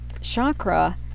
chakra